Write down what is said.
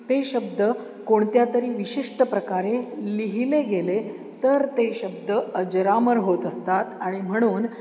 ते शब्द कोणत्यातरी विशिष्ट प्रकारे लिहिले गेले तर ते शब्द अजरामर होत असतात आणि म्हणून